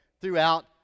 throughout